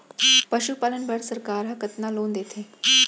पशुपालन बर सरकार ह कतना लोन देथे?